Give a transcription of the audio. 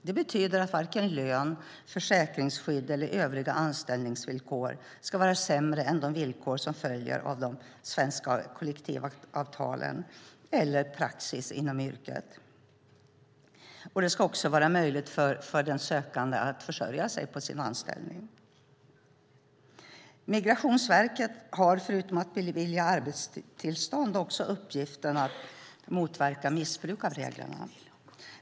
Det betyder att varken lön, försäkringsskydd eller övriga anställningsvillkor ska vara sämre än de villkor som följer av svenska kollektivavtal eller praxis inom yrket. Det ska också vara möjligt för arbetstagaren att försörja sig på sin anställning. Migrationsverket har förutom att bevilja arbetstillstånd också uppgiften att motverka missbruk av reglerna.